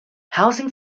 housing